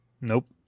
Nope